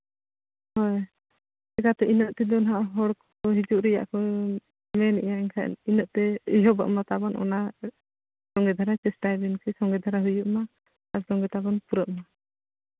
ᱦᱳᱭ ᱪᱤᱠᱟ ᱛᱮ ᱤᱱᱟᱹᱜ ᱛᱮᱫᱚ ᱦᱟᱸᱜ ᱦᱚᱲ ᱠᱚ ᱦᱤᱡᱩᱜ ᱨᱮᱭᱟᱜ ᱠᱚ ᱢᱮᱱᱮᱫᱼᱟ ᱮᱱᱠᱷᱟᱱ ᱤᱱᱟᱹᱜ ᱛᱮ ᱦᱩᱭᱩᱜᱚᱜ ᱢᱟ ᱛᱟᱵᱚᱱ ᱚᱱᱟ ᱥᱚᱸᱜᱮ ᱫᱷᱟᱨᱟ ᱪᱮᱥᱴᱟᱭ ᱵᱮᱱ ᱠᱤ ᱥᱚᱸᱜᱮ ᱫᱷᱟᱨᱟ ᱦᱩᱭᱩᱜ ᱢᱟ ᱟᱨ ᱥᱚᱸᱜᱮ ᱛᱮᱵᱚᱱ ᱯᱩᱨᱟᱹᱜ ᱢᱟ